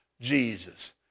Jesus